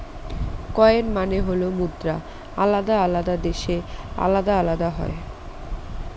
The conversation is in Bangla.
কয়েন মানে হল মুদ্রা আলাদা আলাদা দেশে আলাদা আলাদা হয়